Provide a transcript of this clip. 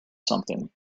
something